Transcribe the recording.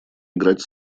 играть